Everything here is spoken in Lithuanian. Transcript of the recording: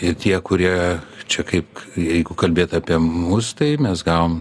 ir tie kurie čia kaip jeigu kalbėt apie mus tai mes gavom